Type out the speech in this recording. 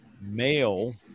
male